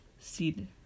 seed